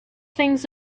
things